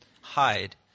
hide